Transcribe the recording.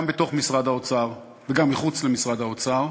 גם בתוך משרד האוצר וגם מחוץ למשרד האוצר,